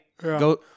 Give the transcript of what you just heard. Go